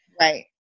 Right